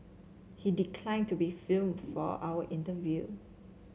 he declined to be film for our interview